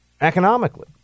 economically